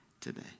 today